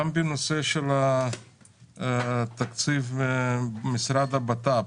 גם בנושא התקציב של המשרד לבט"פ